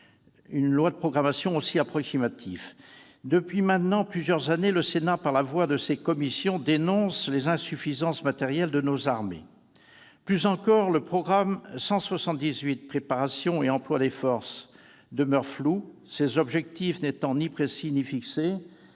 une loi de programmation militaire aussi approximative. Depuis maintenant plusieurs années, le Sénat, par la voix de ses commissions, dénonce les insuffisances matérielles de nos armées. Plus encore, le programme 178, « Préparation et emploi des forces », demeure flou, ses objectifs n'étant ni précis ni fixés,